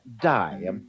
die